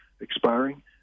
expiring